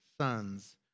sons